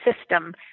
system